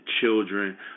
children